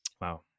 Wow